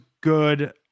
good